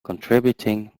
contributing